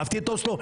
אהבתי את אוסלו?